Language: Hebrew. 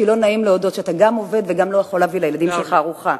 כי לא נעים להודות שאתה גם עובד וגם לא יכול להביא לילדים שלך ארוחה.